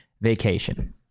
vacation